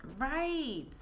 Right